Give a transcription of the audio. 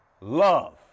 love